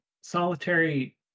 solitary